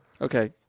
Okay